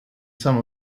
some